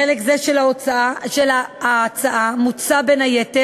בחלק זה של ההצעה מוצע, בין היתר,